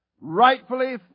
rightfully